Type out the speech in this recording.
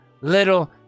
little